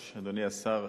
השר,